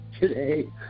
today